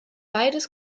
beides